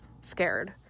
scared